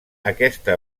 aquesta